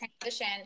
transition